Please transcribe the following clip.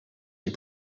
des